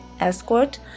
escort